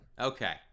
Okay